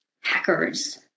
hackers